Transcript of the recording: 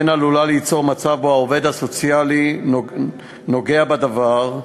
וכן עלול להיווצר מצב שהעובד הסוציאלי יהיה נוגע בדבר,